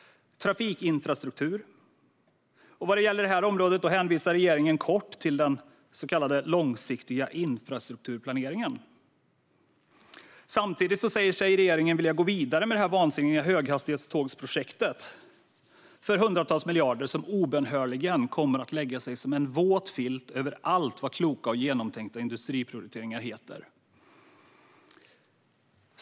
Trafikinfrastruktur: Vad gäller detta område hänvisar regeringen kort till den så kallade långsiktiga infrastrukturplaneringen. Samtidigt säger sig regeringen vilja gå vidare med det vansinniga höghastighetstågsprojektet för hundratals miljarder, som obönhörligen kommer att lägga sig som en våt filt över allt vad kloka och genomtänkta infrastrukturprioriteringar heter.